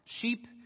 sheep